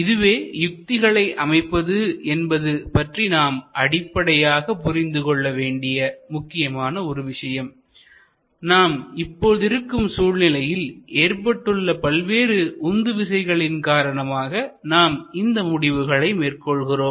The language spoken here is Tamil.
இதுவே யுக்திகளை அமைப்பது என்பது பற்றி நாம் அடிப்படையாக புரிந்துகொள்ள வேண்டிய முக்கியமான ஒரு விஷயம் நாம் இப்போது இருக்கும் சூழ்நிலையில் ஏற்பட்டுள்ள பல்வேறு உந்துவிசைகளின் காரணமாக நாம் இந்த முடிவுகளை மேற்கொள்கிறோம்